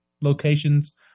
locations